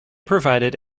provided